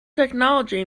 technology